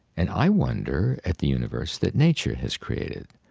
and i wonder at the universe that nature has created.